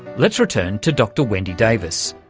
let's return to dr wendy davis,